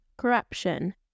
corruption